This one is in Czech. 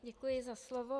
Děkuji za slovo.